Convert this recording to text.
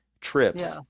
trips